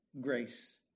Grace